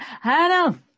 Hannah